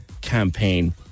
campaign